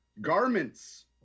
garments